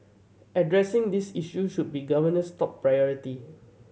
addressing this issue should be the government's top priority